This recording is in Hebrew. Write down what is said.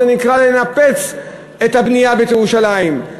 זה נקרא לנפץ את הבנייה ואת ירושלים,